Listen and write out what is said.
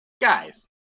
Guys